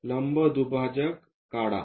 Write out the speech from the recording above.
लंब दुभाजक काढा